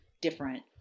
different